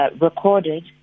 recorded